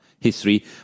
History